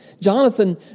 Jonathan